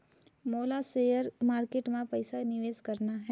मोला share market मां पइसा निवेश करना हे?